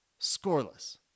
Scoreless